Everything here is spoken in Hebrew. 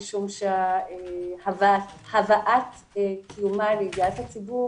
משום שהבאת תמונה לידיעת הציבור